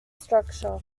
structure